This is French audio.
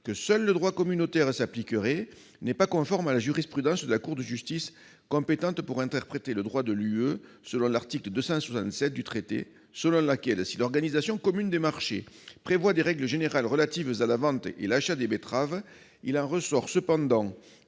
que seul le droit communautaire s'appliquerait, n'est pas conforme à la jurisprudence de la Cour de justice de l'Union européenne- compétente pour interpréter le droit de l'Union européenne, selon l'article 267 du traité -selon laquelle « si l'organisation commune des marchés prévoit des règles générales relatives à la vente et l'achat des betteraves, il en ressort cependant